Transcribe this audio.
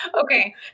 okay